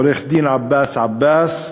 עורך-דין עבאס עבאס,